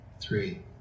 three